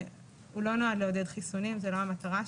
הוא לא נועד לעודד חיסונים וזאת לא המטרה שלו.